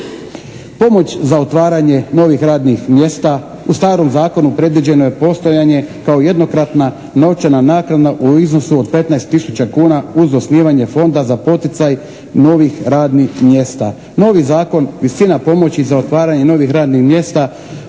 Pomoć za otvaranje novih radnih mjesta